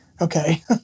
okay